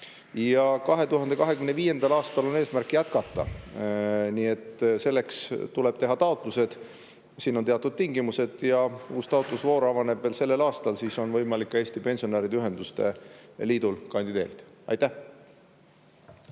ja 2025. aastal on eesmärk jätkata. Selleks tuleb teha taotlused, siin on teatud tingimused. Uus taotlusvoor avaneb veel sellel aastal, siis on võimalik ka Eesti Pensionäride Ühenduste Liidul kandideerida. Suur